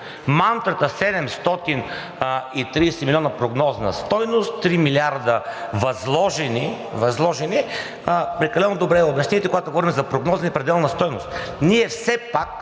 Мантрата 730 милиона прогнозна стойност, 3 милиарда възложени – прекалено добре я обяснихте, когато говорим за прогнозна и пределна стойност.